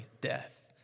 death